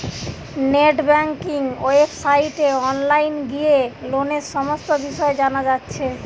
net banking ওয়েবসাইটে online গিয়ে লোনের সমস্ত বিষয় জানা যাচ্ছে